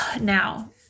Now